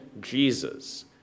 Jesus